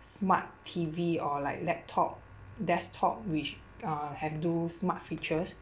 smart T_V or like laptop desktop which uh have those smart features